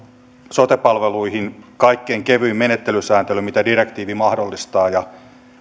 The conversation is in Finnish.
sote palveluihin kaikkein kevyin menettelysääntely minkä direktiivi mahdollistaa ja